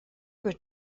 would